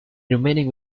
remaining